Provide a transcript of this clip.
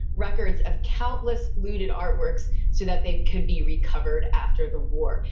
records of countless looted artworks so that they could be recovered after the war.